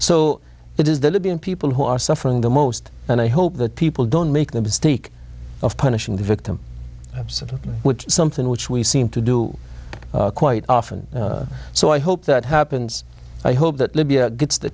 so it is the libyan people who are suffering the most and i hope that people don't make the mistake of punishing the victim absolutely which is something which we seem to do quite often so i hope that happens i hope that libya gets the